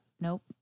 Nope